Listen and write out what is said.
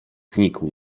znikł